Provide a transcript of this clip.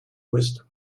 wisdom